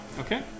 Okay